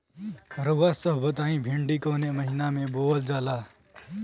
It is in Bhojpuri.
रउआ सभ बताई भिंडी कवने महीना में बोवल जाला?